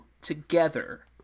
together